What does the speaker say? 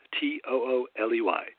T-O-O-L-E-Y